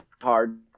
hard